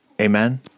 Amen